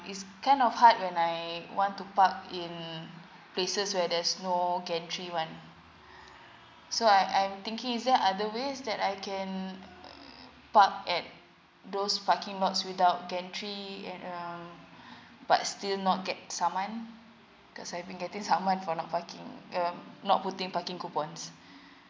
it's kind of hard when I want to park in places where there's no gantry one so I I'm thinking is there other ways that I can park at those parking lots without gantry and um but still not get saman cause I've been getting saman for parking um not putting parking coupons